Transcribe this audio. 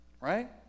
right